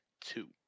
two